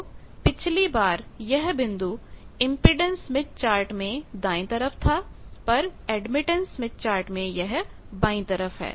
तो पिछली बार यह बिंदु इम्पीडेन्स स्मिथ चार्ट में दाएं तरफ था पर एडमिटेंस स्मिथ चार्ट में यह बाई तरफ है